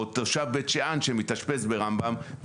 או תושב בית שאן שמתאשפז ברמב"ם,